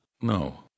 No